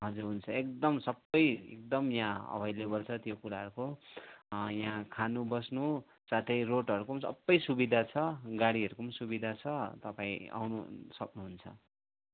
हजुर हुन्छ एकदम सबै एकदम यहाँ अभइलेबल छ त्यो कुराहरूको यहाँ खानु बस्नु साथै रोडहरूको पनि सबै सुविधा छ गाडीहरूको पनि सुविधा छ तपाईँ आउनु सक्नुहुन्छ